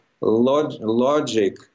logic